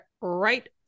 right